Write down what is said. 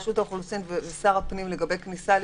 רשות האוכלוסין ושר הפנים לגבי כניסה לישראל,